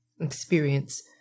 experience